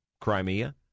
Crimea